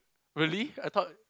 really I thought